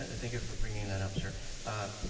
and thank you for bringing that up sir.